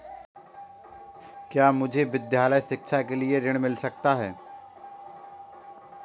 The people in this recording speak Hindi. क्या मुझे विद्यालय शिक्षा के लिए ऋण मिल सकता है?